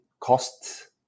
costs